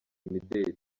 imideri